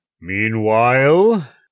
Meanwhile